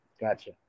Gotcha